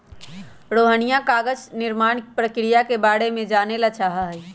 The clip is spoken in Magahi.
रोहिणीया कागज निर्माण प्रक्रिया के बारे में जाने ला चाहा हई